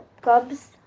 cub's